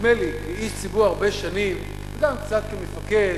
נדמה לי, כאיש ציבור הרבה שנים, וגם קצת כמפקד,